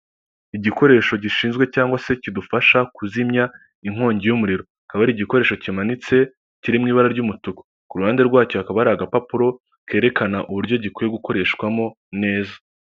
Igikoresho gishinzwe cyangwa se kidufasha kuzimya inkongi y'umuriro. Akaba ari igikoresho kimanitse, kiri mu ibara ry'umutuku. Ku ruhande rwacyo hakaba ari agapapuro, kerekana uburyo gikwiye gukoreshwamo neza.